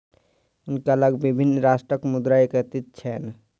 हुनका लग विभिन्न राष्ट्रक मुद्रा एकत्रित छैन